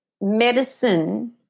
Medicine